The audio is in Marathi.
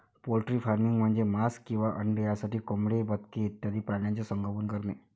पोल्ट्री फार्मिंग म्हणजे मांस किंवा अंडी यासाठी कोंबडी, बदके इत्यादी प्राण्यांचे संगोपन करणे